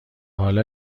حالا